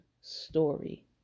story